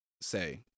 say